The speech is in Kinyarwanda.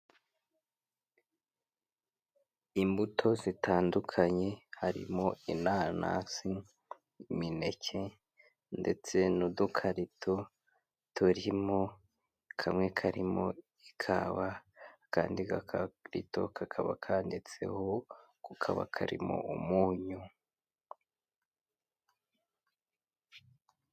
Imbuto zitandukanye harimo inanasi, imineke ndetse n'udukarito turimo, kamwe karimo ikawa akandi gakarito kakaba kanditseho ko kaba karimo umunyu.